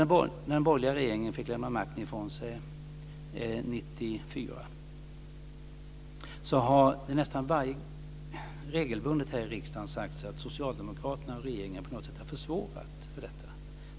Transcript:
Sedan den borgerliga regeringen fick lämna ifrån sig makten 1994 har det nästan regelbundet upprepats här i riksdagen att socialdemokraterna och regeringen på något sätt har försvårat detta.